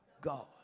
God